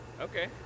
Okay